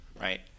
right